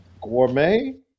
gourmet